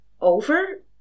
Over